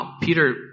Peter